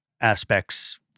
aspects